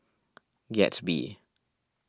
Gatsby